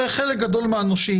הרי חלק גדול מהנושים,